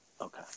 Okay